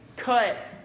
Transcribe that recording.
cut